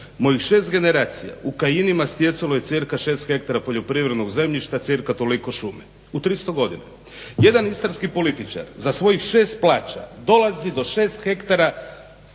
Mojih 6 generacija u Kajinima stjecalo je cca 6 ha poljoprivrednog zemljišta cca toliko šume u 300 godina. Jedan istarski političar za svojih 6 plaća dolazi do 6 ha poljoprivrednog zemljišta